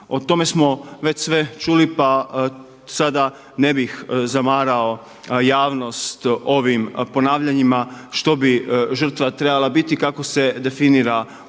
O tome smo već sve čuli, pa sada ne bih zamarao javnost ovim ponavljanjima što bi žrtva trebala biti, kako se definira u